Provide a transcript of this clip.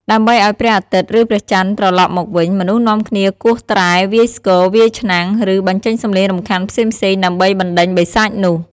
ដើម្បីឲ្យព្រះអាទិត្យ ឬព្រះច័ន្ទត្រលប់មកវិញ មនុស្សនាំគ្នាគោះត្រែ វាយស្គរ វាយឆ្នាំង ឬបញ្ចេញសម្លេងរំខានផ្សេងៗដើម្បីបណ្ដេញបិសាចនោះ ។